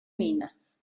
minas